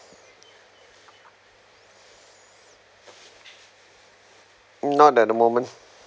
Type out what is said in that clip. not at the moment